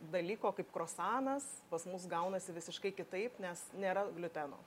dalyko kaip krosanas pas mus gaunasi visiškai kitaip nes nėra gliuteno